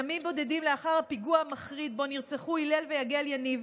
ימים בודדים לאחר הפיגוע המחריד שבו נרצחו הלל ויגל יניב,